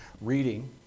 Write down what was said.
reading